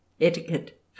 etiquette